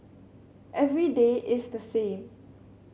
every day is the same